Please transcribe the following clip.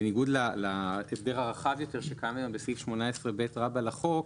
בניגוד להסדר הרחב היותר שקיים היום בסעיף 18ב רבתי לחוק,